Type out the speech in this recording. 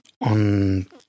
on